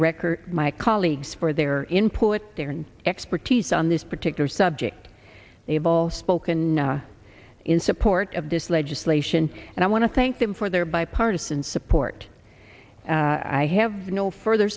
record my colleagues for their input during expertise on this particular subject able spoken in support of this legislation and i want to thank them for their bipartisan support i have no further